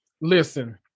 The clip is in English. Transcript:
Listen